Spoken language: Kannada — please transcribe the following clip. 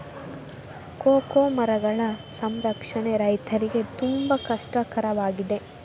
ಕೋಕೋ ಮರಗಳ ಸಂರಕ್ಷಣೆ ರೈತರಿಗೆ ತುಂಬಾ ಕಷ್ಟ ಕರವಾಗಿದೆ